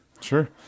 sure